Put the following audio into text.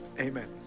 Amen